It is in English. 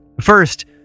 first